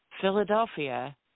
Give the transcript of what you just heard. Philadelphia